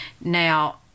now